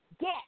get